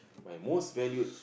my most valued